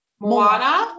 Moana